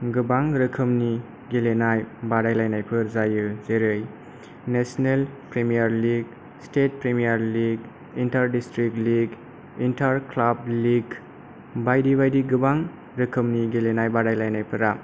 गोबां रोखोमनि गेलेनाय बादायलायनायफोर जायो जेरै national premier league state premier league inter district league inter club league बायदि बायदि गोबां रोखोमनि गेलेनाय बादायलायनायफोरा